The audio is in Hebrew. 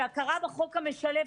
שהכרה בחוק המשלב,